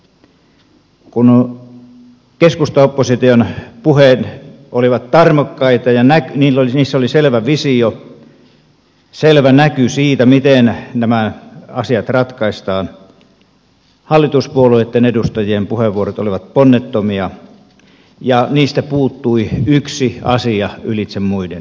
kun keskustaopposition puheet olivat tarmokkaita ja niissä oli selvä visio selvä näky siitä miten nämä asiat ratkaistaan hallituspuolueitten edustajien puheenvuorot olivat ponnettomia ja niistä puuttui yksi asia ylitse muun